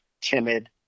timid